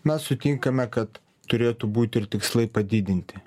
mes sutinkame kad turėtų būti ir tikslai padidinti